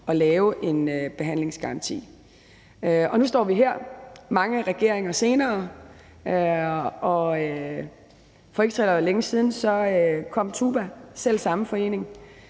at lave en behandlingsgaranti. Nu står vi her, mange regeringer senere. For ikke så længe siden kom TUBA, den selv samme forening,